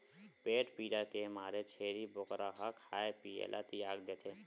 पेट पीरा के मारे छेरी बोकरा ह खाए पिए ल तियाग देथे